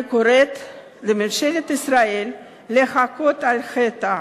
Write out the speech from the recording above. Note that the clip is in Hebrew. אני קוראת לממשלת ישראל להכות על חטא.